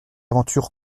aventure